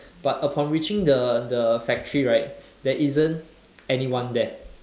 but upon reaching the factory right there isn't anyone there